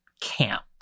camp